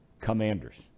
Commanders